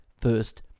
first